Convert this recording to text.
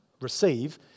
receive